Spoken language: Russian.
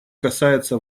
касается